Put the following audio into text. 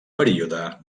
període